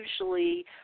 usually